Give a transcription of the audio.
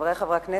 חברי חברי הכנסת,